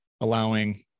allowing